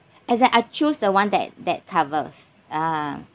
as in I choose the one that that covers ah